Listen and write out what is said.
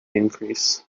increase